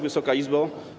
Wysoka Izbo!